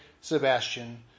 Sebastian